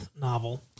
novel